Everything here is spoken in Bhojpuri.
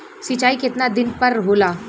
सिंचाई केतना दिन पर होला?